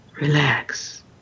Relax